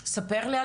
ספר לי על